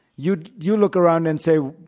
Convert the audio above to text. you you look around and say,